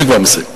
אני כבר מסיים.